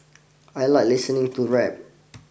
I like listening to rap